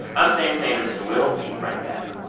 i'm sam sanders, and we'll be right back